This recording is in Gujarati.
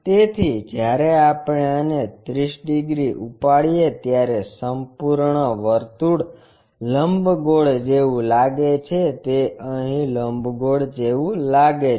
તેથી જ્યારે આપણે આને 30 ડિગ્રી ઉપાડીએ ત્યારે સંપૂર્ણ વર્તુળ લંબગોળ જેવું લાગે છે તે અહીં લંબગોળ જેવું લાગે છે